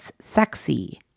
sexy